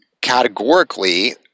categorically